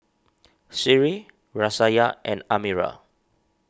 Sri Raisya and Amirah